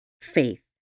faith